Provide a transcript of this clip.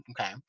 okay